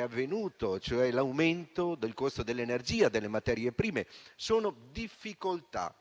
avvenuto con l'aumento del costo dell'energia e delle materie prime. Sono difficoltà